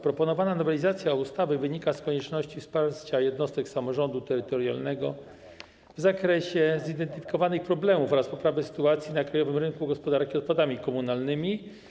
Proponowana nowelizacja ustawy wynika z konieczności wsparcia jednostek samorządu terytorialnego w zakresie zidentyfikowanych problemów oraz poprawy sytuacji na krajowym rynku gospodarki odpadami komunalnymi.